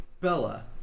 Bella